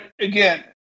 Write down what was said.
again